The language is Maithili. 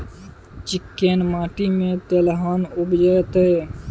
चिक्कैन माटी में तेलहन उपजतै?